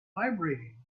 vibrating